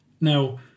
Now